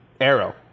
arrow